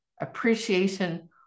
appreciation